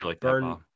Burn